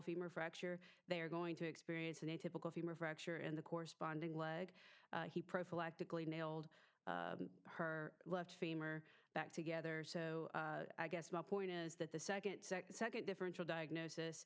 femur fracture they are going to experience an atypical femur fracture in the corresponding leg he prophylactic lee nailed her left femur back together so i guess my point is that the second second differential diagnosis